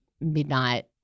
midnight